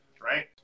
right